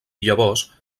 llavors